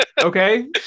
okay